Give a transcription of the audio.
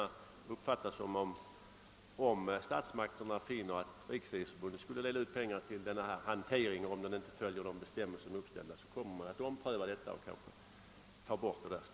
Det uppfattar jag så, att om statsmakterna finner att Riksidrottsförbundet har beslutat dela ut pengar till denna >»hantering«» trots att de uppställda bestämmelserna inte följs, kommer beslu tet att omprövas och stödet kanske att tas bort.